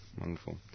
Wonderful